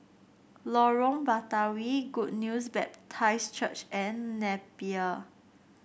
Lorong Batawi Good News Baptist Church and Napier